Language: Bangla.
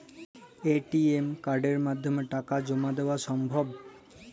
এ.টি.এম কার্ডের মাধ্যমে টাকা জমা দেওয়া সম্ভব?